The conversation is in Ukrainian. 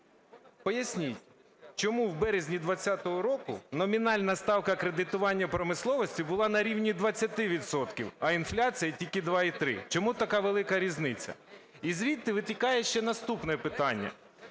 Поясніть, чому в березні 20-го року номінальна ставка кредитування промисловості була на рівні 20 відсотків, а інфляція – тільки 2,3? Чому така велика різниця? І звідти витікає ще наступне питання.